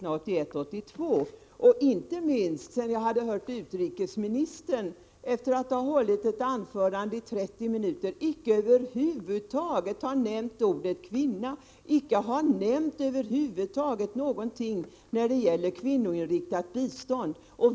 Denna motion var också viktig med tanke på att utrikesministern under sitt 30 minuter långa anförande över huvud taget inte nämnde ordet kvinna och inte heller någonting om kvinnoinriktat bistånd.